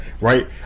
right